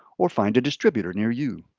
or find a distributor near you.